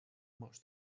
much